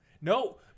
no